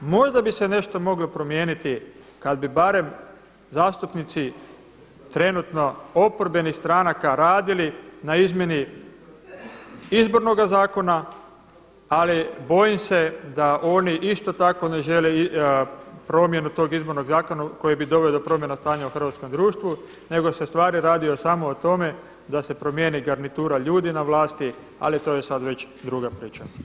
Možda bi se možda nešto moglo promijeniti kad bi barem zastupnici trenutno oporbenih stranaka radili na izmjeni izbornoga zakona, ali bojim se da oni isto tako ne žele promjenu tog izbornog zakona koji bi doveo do promjene stanja u hrvatskom društvu nego se ustvari radi samo o tome da se promijeni garnitura ljudi na vlasti, ali to je sad već druga priča.